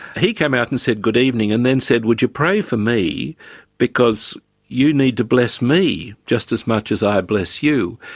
he came out and said, good evening and then said, would you pray for me because you need to bless me just as much as i bless you.